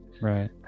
Right